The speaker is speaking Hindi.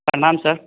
प्रणाम सर